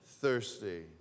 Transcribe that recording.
thirsty